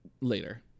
Later